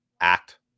act